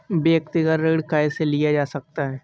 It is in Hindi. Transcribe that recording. व्यक्तिगत ऋण कैसे लिया जा सकता है?